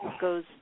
goes